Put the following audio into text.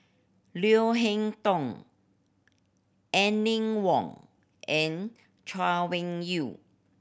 Leo Hee Tong Aline Wong and Chay Weng Yew